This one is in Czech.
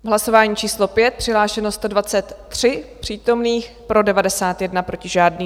V hlasování číslo 5 přihlášeno 123 přítomných, pro 91, proti žádný.